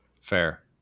fair